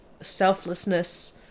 selflessness